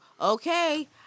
okay